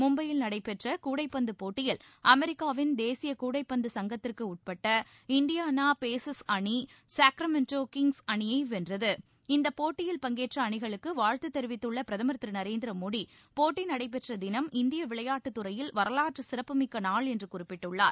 மும்பையில் நடைபெற்ற கூடைப்பந்துப் போட்டியில் அமெரிக்காவின் தேசிய கூடைப்பந்து சங்கத்திற்கு உட்பட்ட இண்டியானா பேசர்ஸ் அணி சாக்ரமென்டோ கிங்ஸ் அணியை வென்றது இந்தப் போட்டியில் பங்கேற்ற அணிகளுக்கு வாழ்த்து தெரிவித்துள்ள பிரதமர் திரு நரேந்திர மோடி போட்டி நடைபெற்ற தினம் இந்திய விளையாட்டுத் துறையில் வரலாற்று சிறப்புமிக்க நாள் என்று குறிப்பிட்டுள்ளார்